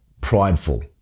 prideful